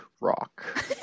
rock